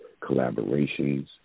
collaborations